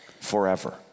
forever